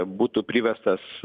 būtų priverstas